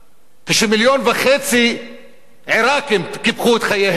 כשמיליון וחצי עירקים קיפחו את חייהם.